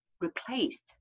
replaced